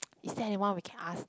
is there anyone we can ask